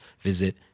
visit